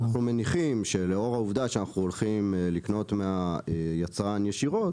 אנחנו מניחים שלאור העובדה שאנחנו הולכים לקנות מהיצרן ישירות